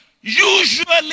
usually